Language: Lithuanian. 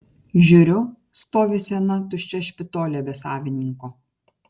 žiūriu stovi sena tuščia špitolė be savininko